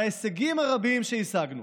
וההישגים הרבים שהשגנו